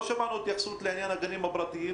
לא שמענו התייחסות לעניין הגנים הפרטיים,